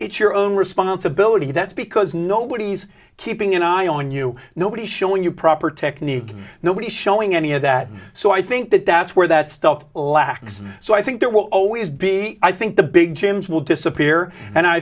it's your own responsibility that's because nobody's keeping an eye on you nobody is showing you proper technique nobody's showing any of that so i think that that's where that stuff lacks so i think there will always be i think the big jim's will disappear and i